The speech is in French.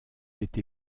été